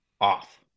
off